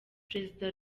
perezida